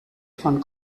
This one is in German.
von